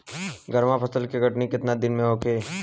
गर्मा फसल के कटनी केतना दिन में होखे?